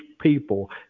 people